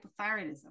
hypothyroidism